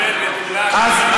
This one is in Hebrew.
תאמין לי שאם תכבד,